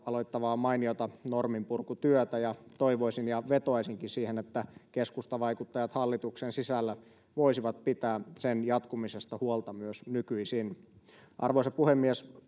aloittamaa mainiota norminpurkutyötä toivoisin ja vetoaisinkin että keskustavaikuttajat hallituksen sisällä voisivat pitää sen jatkumisesta huolta myös nykyisin arvoisa puhemies